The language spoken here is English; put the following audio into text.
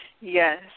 Yes